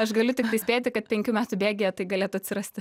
aš galiu tiktai spėti kad penkių metų bėgyje tai galėtų atsirasti